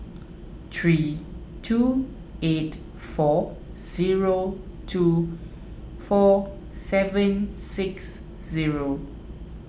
three two eight four zero two four seven six zero